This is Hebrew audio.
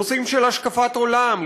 נושאים של השקפת עולם,